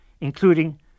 including